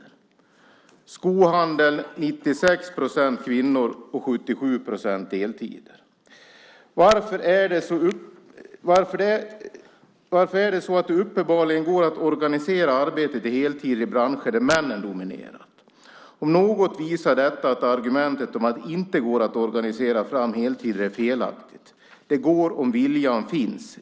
Inom skohandeln är det 96 procent kvinnor, och 77 procent arbetar deltid. Varför är det så att det uppenbarligen går att organisera arbetet för heltidstjänster inom branscher där männen dominerar? Om något visar detta att argumentet om att det inte går att organisera fram heltider är felaktigt. Det går om viljan finns.